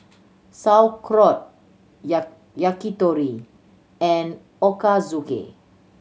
Sauerkraut Yakitori and Ochazuke